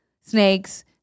snakes